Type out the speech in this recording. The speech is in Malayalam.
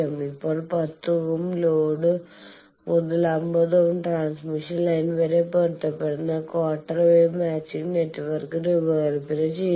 ഇപ്പോൾ 10 ഓം ലോഡ് മുതൽ 50 ഓം ട്രാൻസ്മിഷൻ ലൈൻ വരെ പൊരുത്തപ്പെടുന്ന ക്വാർട്ടർ വേവ് മാച്ചിംഗ് നെറ്റ്വർക്ക് രൂപകൽപ്പന ചെയ്യുക